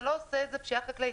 זה לא עושה את זה פשיעה חקלאית.